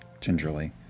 gingerly